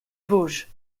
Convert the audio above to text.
vosges